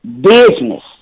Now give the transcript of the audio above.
business